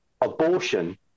abortion